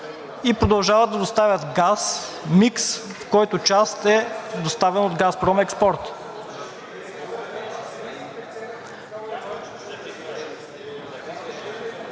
и продължават да доставят газ микс, в който част е доставен от „Газпром Експорт“.